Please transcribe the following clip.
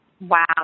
Wow